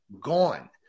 gone